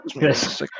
Yes